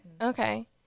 Okay